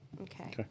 Okay